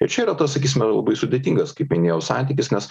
ir čia yra tas sakysime labai sudėtingas kaip minėjau santykis nes